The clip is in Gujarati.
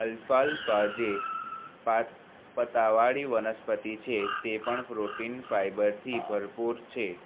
અલ્ફાલ્ફા જે પત્તાવાળી વનસ્પતિ છે તે પણ પ્રોટીન ફાઈબરથી ભરપૂર છે